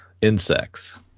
insects